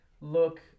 look